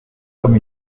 comme